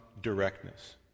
directness